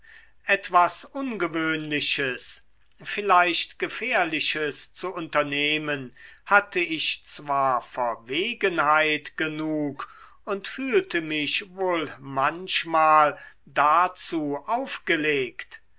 etwas ungewöhnliches vielleicht gefährliches zu unternehmen hatte ich zwar verwegenheit genug und fühlte mich wohl manchmal dazu aufgelegt